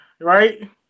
right